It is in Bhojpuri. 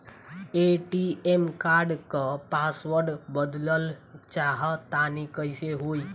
ए.टी.एम कार्ड क पासवर्ड बदलल चाहा तानि कइसे होई?